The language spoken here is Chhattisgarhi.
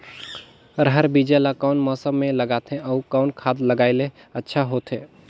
रहर बीजा ला कौन मौसम मे लगाथे अउ कौन खाद लगायेले अच्छा होथे?